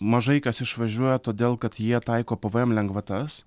mažai kas išvažiuoja todėl kad jie taiko pvm lengvatas